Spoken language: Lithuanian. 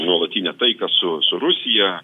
nuolatinę taiką su rusija